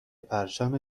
پرچم